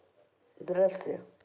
दृश्य